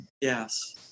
Yes